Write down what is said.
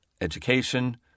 education